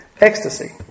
Ecstasy